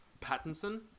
Pattinson